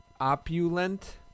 opulent